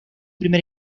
primer